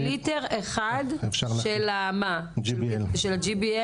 מליטר אחד של ה-GBL?